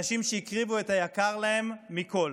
אנשים שהקריבו את היקר להם מכול